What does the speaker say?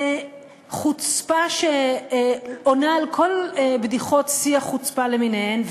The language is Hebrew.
בחוצפה שעונה על כל בדיחות שיא החוצפה למיניהן,